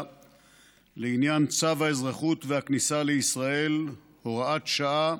לעניין צו האזרחות והכניסה לישראל (הוראת שעה)